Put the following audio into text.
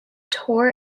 tour